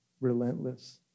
relentless